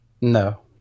No